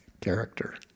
Character